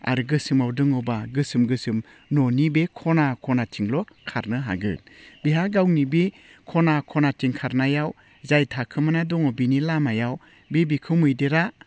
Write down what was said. आरो गोसोमाव दङबा गोसोम गोसोम न'नि बे खना खनाथिंल' खारनो हागोन बेहा गावनि बे खना खनाथिं खारनायाव जाय थाखोमाना दङ बिनि लामायाव बे बिखौ मैदेरा